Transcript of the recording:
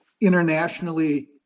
internationally